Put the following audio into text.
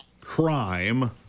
crime